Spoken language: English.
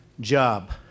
job